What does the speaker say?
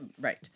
Right